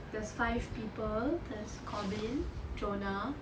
there's five people there's Corbyn Jonah